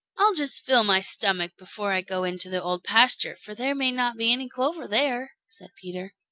i'll just fill my stomach before i go into the old pasture, for there may not be any clover there, said peter.